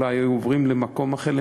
אולי היו עוברים למקום אחר,